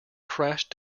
crashed